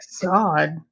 god